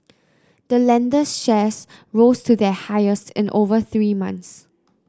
the lender's shares rose to their highest in over three months